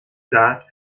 dark